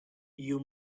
you